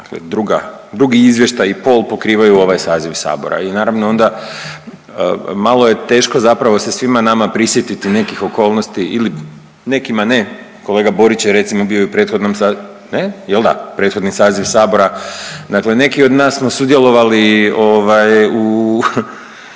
druga, drugi izvještaj i pol pokrivaju ovaj saziv sabora i naravno onda malo je teško zapravo se svima nama prisjetiti nekih okolnosti ili nekima ne, kolega Borić je recimo bio i u prethodnom sa…, ne, jel da, prethodni saziv sabora, dakle neki od nas smo sudjelovali ovaj